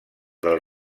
del